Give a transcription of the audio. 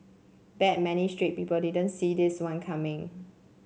bet many straight people didn't see this one coming